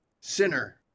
Sinner